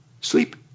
Sleep